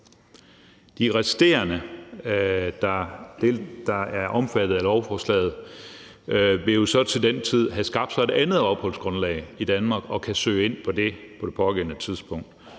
De resterende, der er omfattet af lovforslaget, vil jo så til den tid have skabt sig et andet opholdsgrundlag i Danmark og kan søge ind på det på det pågældende tidspunkt.